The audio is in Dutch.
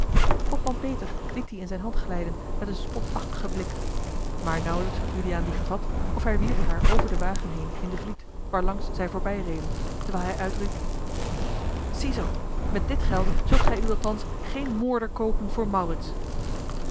hopman peter liet die in zijne hand glijden met een spotachtigen blik maar nauwelijks had juliaan die gevat of hij wierp haar over den wagen heen in de vliet waarlangs zij voorbij reden terwijl hij uitriep ziezoo met dit geld zult gij u althans geen moorder koopen voor maurits